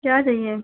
क्या चाहिए